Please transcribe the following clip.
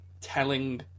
telling